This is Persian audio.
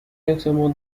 احتمال